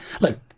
look